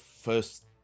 first